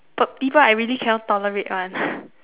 people I really cannot tolerate [one]